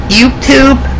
YouTube